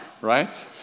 right